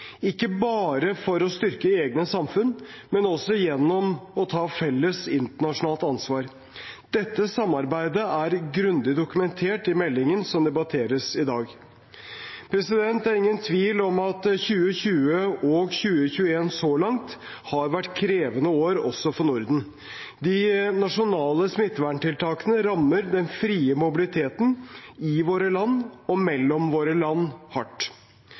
ikke bare for å styrke egne samfunn, men også gjennom å ta felles internasjonalt ansvar. Dette samarbeidet er grundig dokumentert i meldingen som debatteres i dag. Det er ingen tvil om at 2020 og 2021 så langt har vært krevende år også for Norden. De nasjonale smitteverntiltakene rammer den frie mobiliteten i våre land og mellom våre land hardt.